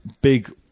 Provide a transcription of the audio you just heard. big